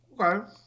Okay